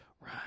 right